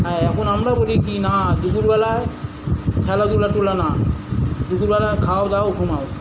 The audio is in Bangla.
হ্যাঁ এখন আমরা বলি কি না দুপুরবেলায় খেলাধূলা টুলা না দুপুরবেলা খাও দাও ঘুমাও